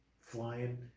flying